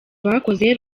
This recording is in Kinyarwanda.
bakoze